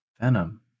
Venom